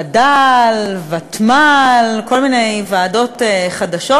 וד"ל, ותמ"ל, כל מיני ועדות חדשות,